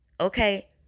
Okay